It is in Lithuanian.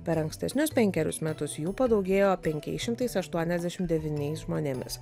per ankstesnius penkerius metus jų padaugėjo penkiais šimtais aštuoniasdešim devyniais žmonėmis